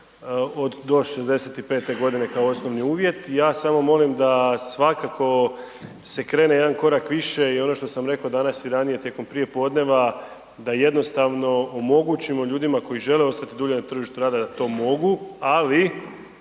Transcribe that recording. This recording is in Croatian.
do 65 godine kao osnovni uvjet. Ja samo molim da svakako se krene jedan korak više i ono što sam rekao danas i ranije tijekom prijepodnevna da jednostavno omogućimo ljudima koji žele ostati dulje na tržištu rada da to mogu ali